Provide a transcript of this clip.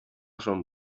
son